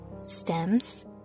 stems